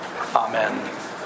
Amen